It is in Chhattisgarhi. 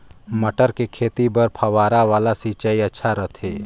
मटर के खेती बर फव्वारा वाला सिंचाई अच्छा रथे?